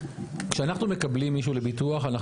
כשאנחנו מקבלים מישהו לביטוח אנחנו